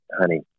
honey